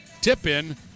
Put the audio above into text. tip-in